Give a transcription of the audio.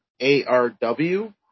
ARW